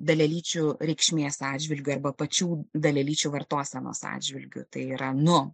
dalelyčių reikšmės atžvilgiu arba pačių dalelyčių vartosenos atžvilgiu tai yra nu